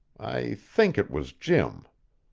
i think it was jim.